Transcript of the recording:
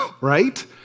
right